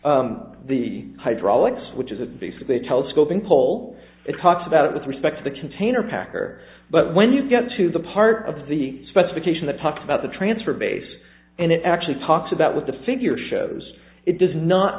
about the hydraulics which is a basically a telescoping pole it talks about it with respect to the container packer but when you get to the part of the specification that talks about the transfer base and it actually talks about what the figure shows it does not